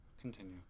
Continue